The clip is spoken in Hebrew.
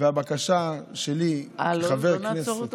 והבקשה שלי כחבר כנסת, אה, לא נעצור אותן?